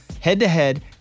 head-to-head